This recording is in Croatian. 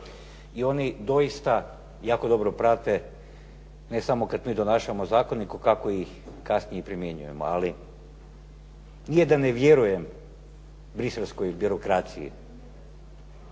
I oni doista jako dobro prate, ne samo kad mi donašamo zakone, nego kako ih kasnije primjenjujemo, ali nije da ne vjerujem bruxelleskoj birokraciji,